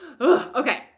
Okay